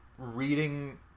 reading